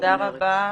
תודה רבה.